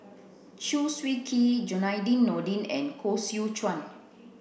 Chew Swee Kee Zainudin Nordin and Koh Seow Chuan